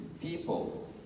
people